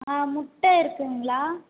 ஆ முட்டை இருக்குங்களா